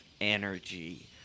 energy